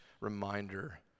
reminder